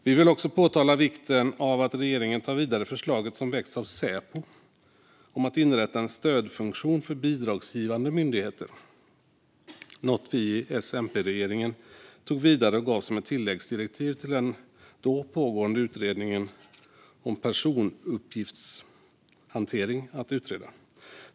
Vi vill också framhålla vikten av att regeringen tar vidare förslaget som väckts av Säpo om att inrätta en stödfunktion för bidragsgivande myndigheter, något vi i S-MP-regeringen tog vidare och gav som ett tilläggsdirektiv till den då pågående utredningen om personuppgiftshantering att utreda.